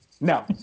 No